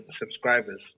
subscribers